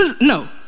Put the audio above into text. no